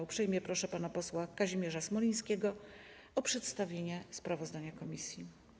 Uprzejmie proszę pana posła Kazimierza Smolińskiego o przedstawienie sprawozdania komisji.